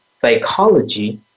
psychology